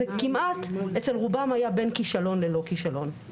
וכמעט אצל רובם היה בין כישלון ללא כישלון.